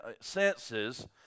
senses